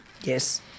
Yes